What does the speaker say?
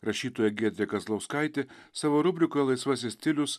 rašytoja giedrė kazlauskaitė savo rubrikoje laisvasis stilius